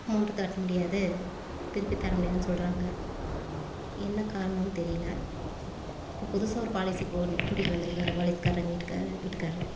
amount தாட்ட முடியாது திருப்பி தர முடியாதுன்னு சொல்கிறாங்க என்ன காரணம்னு தெரியலை இப்போ புதுசாக ஒரு பாலிசி போடணும் கூட்டிட்டு வந்துருக்கார் பாலிசிக்காரரை எங்கள் வீட்டுக்குக்காரர் வீட்டுக்காரர்